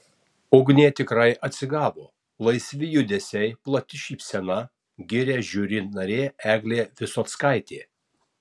ugnė tikrai atsigavo laisvi judesiai plati šypsena giria žiuri narė eglė visockaitė